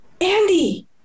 Andy